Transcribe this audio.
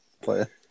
player